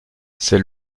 c’est